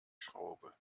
schraube